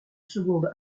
seconde